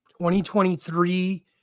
2023